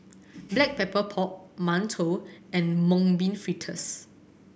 Black Pepper Pork mantou and Mung Bean Fritters